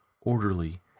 orderly